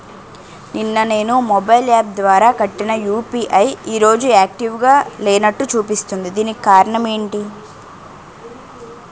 నిన్న నేను mobile app ద్వారా కట్టిన యు.పి.ఐ ఈ రోజు యాక్టివ్ గా లేనట్టు చూపిస్తుంది దీనికి కారణం ఏమిటి?